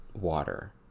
water